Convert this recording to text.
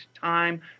time